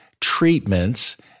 treatments